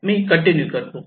मी continue करतो